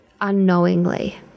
unknowingly